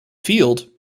field